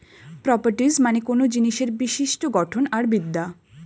properties মানে কোনো জিনিসের বিশিষ্ট গঠন আর বিদ্যা